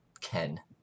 Ken